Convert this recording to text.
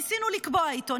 ניסינו לקבוע איתו,